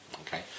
okay